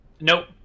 Nope